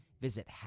Visit